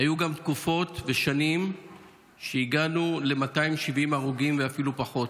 היו גם תקופות ושנים שהגענו ל-270 הרוגים ואפילו פחות.